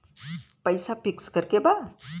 पैसा पिक्स करके बा?